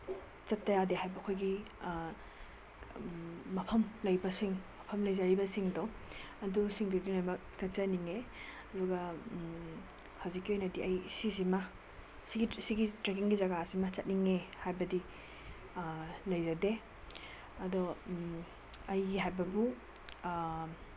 ꯆꯠꯇ ꯌꯥꯗꯦ ꯍꯥꯏꯕ ꯑꯩꯈꯣꯏꯒꯤ ꯃꯐꯝ ꯂꯩꯕꯁꯤꯡ ꯃꯐꯝ ꯂꯩꯖꯔꯤꯕꯁꯤꯡꯗꯣ ꯑꯗꯨꯁꯤꯡꯗꯨꯗꯤ ꯂꯣꯏꯃꯛ ꯆꯠꯆꯅꯤꯡꯉꯦ ꯑꯗꯨꯒ ꯍꯧꯖꯤꯛꯀꯤ ꯑꯣꯏꯅꯗꯤ ꯑꯩ ꯁꯤꯁꯤꯃ ꯁꯤꯒꯤ ꯁꯤꯒꯤ ꯇ꯭ꯔꯦꯛꯀꯤꯡꯒꯤ ꯖꯒꯥꯁꯤꯃ ꯆꯠꯅꯤꯡꯉꯦ ꯍꯥꯏꯕꯗꯤ ꯂꯩꯖꯗꯦ ꯑꯗꯣ ꯑꯩꯒꯤ ꯍꯥꯏꯕꯕꯨ